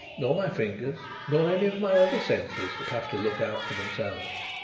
nor my fingers. nor any of my other senses that have to look out for themselves.